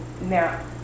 now